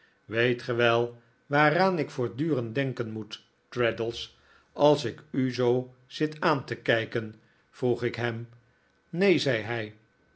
et ge wel waaraan ik voortdurend denken moet traddles als ik u zoo zit aan te kijken vroeg ik hem neen zei hij